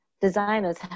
designers